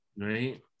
Right